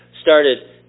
started